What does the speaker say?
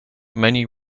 many